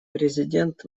президент